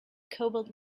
cobalt